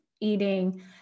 eating